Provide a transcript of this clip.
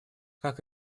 как